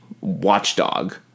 watchdog